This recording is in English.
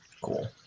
Cool